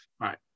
right